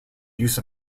use